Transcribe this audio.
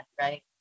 right